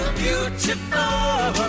beautiful